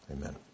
amen